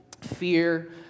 fear